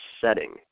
setting